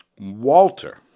Walter